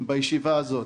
בישיבה הזאת.